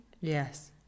Yes